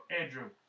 Andrew